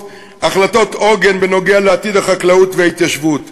החלטות עוגן בנוגע לעתיד החקלאות וההתיישבות,